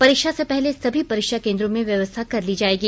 परीक्षा से पहले सभी परीक्षा केंद्रों में व्यवस्था कर ली जाएगी